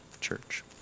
church